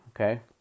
okay